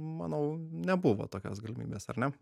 manau nebuvo tokios galimybės ar ne